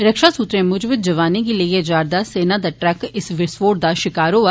रक्षा सूत्रे मूजब जोआने गी लेईयै जा'रदा सेना दा इक ट्रक इस विस्फोट दा शिकार होआ